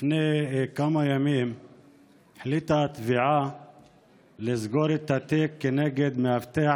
לפני כמה ימים החליטה התביעה לסגור את התיק כנגד מאבטח